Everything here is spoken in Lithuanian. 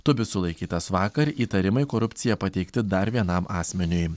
tubis sulaikytas vakar įtarimai korupcija pateikti dar vienam asmeniui